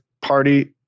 party